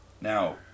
Now